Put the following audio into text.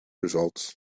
results